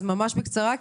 אז ממש בקצרה,